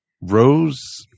Rose